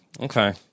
Okay